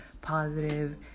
positive